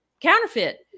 counterfeit